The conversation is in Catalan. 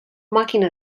màquina